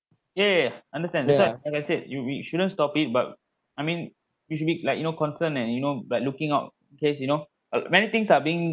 yeah yeah yeah understand that's why like I said you we shouldn't stop it but I mean we should be like you know concern and you know but looking out case you know uh many things are being